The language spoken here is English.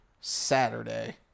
Saturday